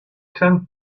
ten